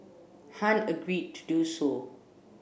Han agreed to do so